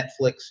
Netflix